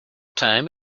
time